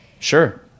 Sure